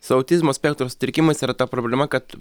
su autizmo spektro sutrikimais yra ta problema kad